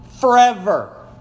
forever